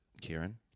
Kieran